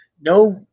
No